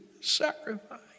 sacrifice